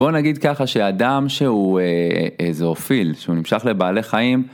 בוא נגיד ככה שאדם שהוא איזאופיל, שהוא נמשך לבעלי חיים.